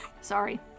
sorry